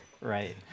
Right